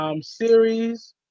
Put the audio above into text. series